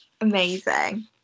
amazing